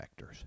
vectors